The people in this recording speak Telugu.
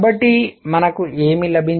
కాబట్టి మనకు ఏమి లభించింది